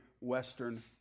western